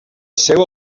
seu